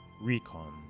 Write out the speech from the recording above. recon